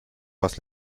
was